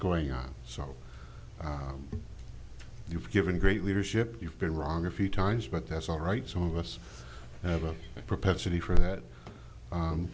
going on so you've given great leadership you've been wrong a few times but that's all right some of us have a propensity for that